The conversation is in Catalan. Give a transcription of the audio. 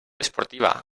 esportiva